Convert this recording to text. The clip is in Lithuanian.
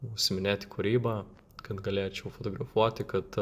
užsiiminėti kūryba kad galėčiau fotografuoti kad